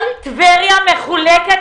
כל טבריה מחולקת.